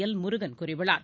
L Murugan கூறியுள்ளார்